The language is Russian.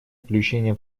включение